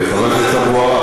חבר הכנסת אבו עראר,